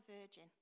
virgin